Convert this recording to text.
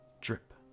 drip